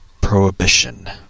prohibition